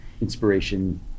inspiration